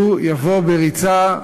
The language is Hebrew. יבוא בריצה,